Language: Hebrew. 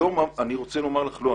אז אני רוצה לומר שלא.